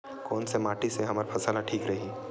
कोन से माटी से हमर फसल ह ठीक रही?